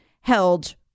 held